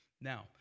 Now